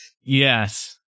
Yes